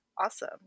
Awesome